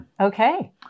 Okay